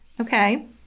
okay